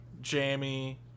jammy